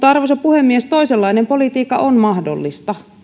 arvoisa puhemies toisenlainen politiikka on mahdollista